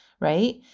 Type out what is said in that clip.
Right